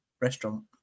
restaurant